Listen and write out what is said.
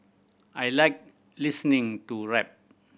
I like listening to rap